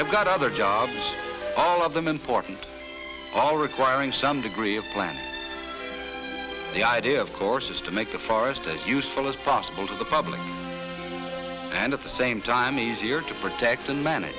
i've got other jobs all of them important all requiring some degree of planning the idea of course is to make the forest as useful as possible to the public and at the same time easier to protect a